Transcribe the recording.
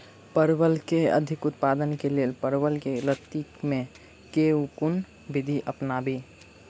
परवल केँ अधिक उत्पादन केँ लेल परवल केँ लती मे केँ कुन विधि अपनाबी?